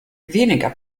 weniger